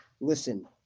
listen